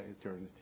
eternity